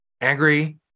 angry